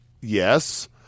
Yes